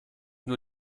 nur